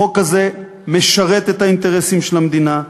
החוק הזה משרת את האינטרסים של המדינה,